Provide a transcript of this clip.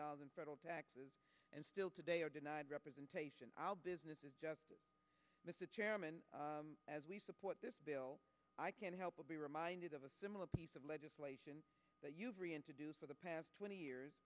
dollars in federal taxes and still today are denied representation our business is just with the chairman as we support this bill i can't help but be reminded of a similar piece of legislation that you've reintroduce for the past twenty years